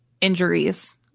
injuries